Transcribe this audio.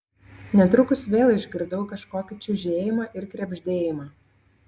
netrukus vėl išgirdau kažkokį čiužėjimą ir krebždėjimą